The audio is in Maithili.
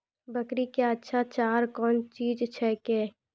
बकरी क्या अच्छा चार कौन चीज छै के?